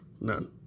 None